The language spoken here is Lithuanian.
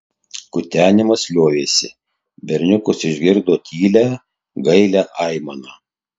kutenimas liovėsi berniukas išgirdo tylią gailią aimaną